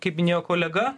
kaip minėjo kolega